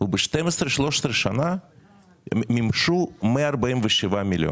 וב-13-12 שנה מימשו 147 מיליון.